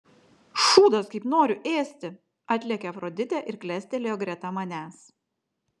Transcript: šūdas kaip noriu ėsti atlėkė afroditė ir klestelėjo greta manęs